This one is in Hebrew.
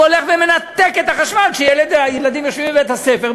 הולך ומנתק את החשמל כשהילדים יושבים בבית-הספר,